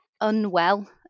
unwell